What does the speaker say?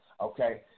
okay